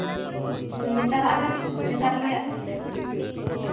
ᱱᱮᱛᱟᱨᱟᱜ ᱨᱮ ᱱᱮᱛᱟᱨ ᱨᱚᱦᱚᱭᱟᱜ ᱨᱮ